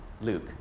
Luke